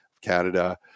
canada